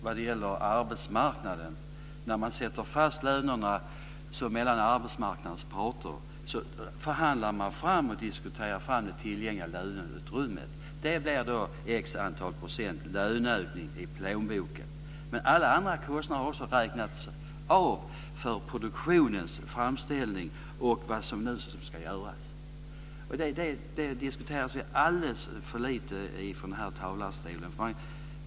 Vad gäller arbetsmarknaden är det så när man mellan arbetsmarknadens parter lägger fast lönerna att man förhandlar fram och diskuterar fram det tillgängliga löneutrymmet. Det blir x procent löneökning i plånboken. Men alla andra kostnader har också räknats av för produktionens framställning och vad som nu ska göras. Det diskuteras alldeles för lite från denna talarstol.